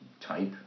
type